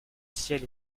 ciel